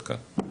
עד כאן.